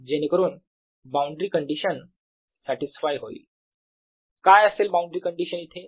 जेणेकरून boundary condition satisfy होईल काय असेल बाउंड्री कंडीशन इथे